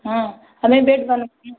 अपने बेड बनवाए